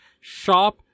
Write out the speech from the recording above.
shop